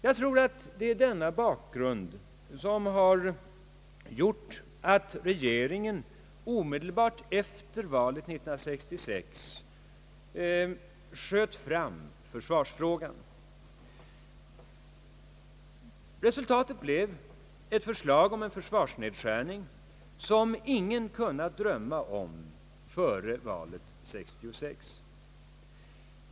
Jag tror att det är denna bakgrund som har gjort att regeringen omedelbart efter valet 1966 sköt fram försvarsfrågan. Resultatet blev ett förslag om en försvarsnedskärning, som ingen kunnat drömma om före valet 1966.